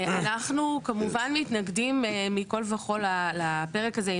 אנחנו כמובן מתנגדים מכל וכל לפרק הזה.